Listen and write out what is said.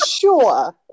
sure